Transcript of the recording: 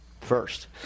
first